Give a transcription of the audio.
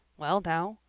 well now,